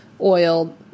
Oil